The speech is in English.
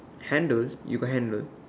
handles you got handle